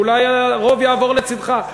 אולי הרוב יעבור לצדך.